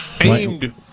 aimed